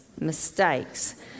mistakes